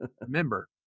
remember